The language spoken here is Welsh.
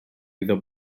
iddo